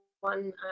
one